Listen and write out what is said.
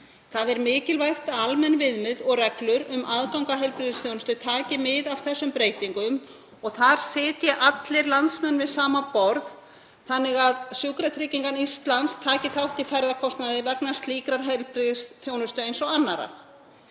Það er mikilvægt að almenn viðmið og reglur um aðgang að heilbrigðisþjónustu taki mið af þessum breytingum og að þar sitji allir landsmenn við sama borð þannig að Sjúkratryggingar Íslands taki þátt í ferðakostnaði vegna slíkrar heilbrigðisþjónustu eins og annarra.